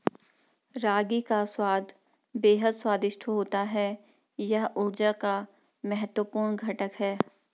रागी का स्वाद बेहद स्वादिष्ट होता है यह ऊर्जा का महत्वपूर्ण घटक है